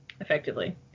effectively